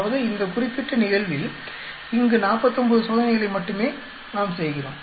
அதாவது இந்த குறிப்பிட்ட நிகழ்வில் இங்கு 49 சோதனைகளை மட்டுமே நாம் செய்கிறோம்